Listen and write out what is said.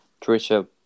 Trisha